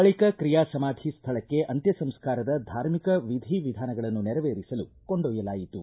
ನಂತರ ಕಿಯಾ ಸಮಾಧಿ ಸ್ಥಳಕ್ಕೆ ಅಂತ್ಯ ಸಂಸ್ಕಾರದ ಧಾರ್ಮಿಕ ವಿಧಿ ವಿಧಾನಗಳನ್ನು ನೆರವೇರಿಸಲು ಕೊಂಡೊಯ್ಯಲಾಯಿತು